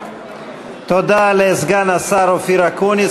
תודה לסגן השר אופיר אקוניס.